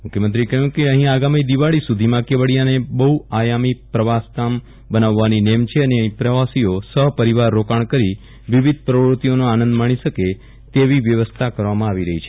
મુખ્યમંત્રીએ કહ્યું કે અહીં આગામી દિવાળી સુધીમાં કેવડિયાને બહુ આયામી પ્રવાસ ધામ બનાવવાની નેમ છે અને અહીં પ્રવાસીઓ સહ પરિવાર રોકાણ કરી વિવિધ પ્રવૃત્તિઓનો આનંદ માણી શકે તેવી વ્યવસ્થા કરવામાં આવી રહી છે